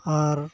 ᱟᱨ